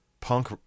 Punk